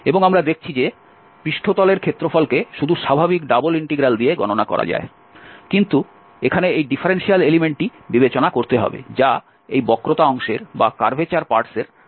এবং আমরা দেখেছি যে পৃষ্ঠতলের ক্ষেত্রফলকে শুধু স্বাভাবিক ডাবল ইন্টিগ্রাল দিয়ে গণনা করা যায় কিন্তু এখানে এই ডিফারেনশিয়াল এলিমেন্টটি বিবেচনা করতে হবে যা এই বক্রতা অংশের মধ্যে পার্থক্যটি বিবেচনা করবে